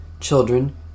Children